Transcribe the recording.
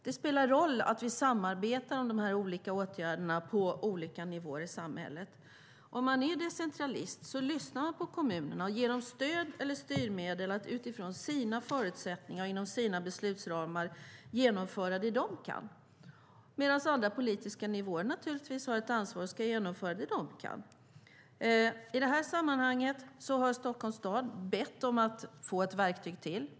Det spelar roll att vi samarbetar om de olika åtgärderna på olika nivåer i samhället. Är man decentralist lyssnar man på kommunerna och ger dem stöd eller styrmedel att utifrån sina förutsättningar och inom sina beslutsramar genomföra det de kan, medan andra politiska nivåer naturligtvis har ett ansvar och ska genomföra det de kan. I det här sammanhanget har Stockholms stad bett om att få ett verktyg till.